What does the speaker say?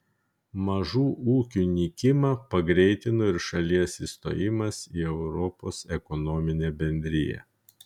mažų ūkių nykimą pagreitino ir šalies įstojimas į europos ekonominę bendriją